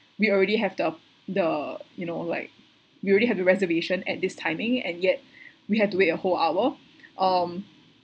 we already have the the you know like we already have the reservation at this timing and yet we have to wait a whole hour um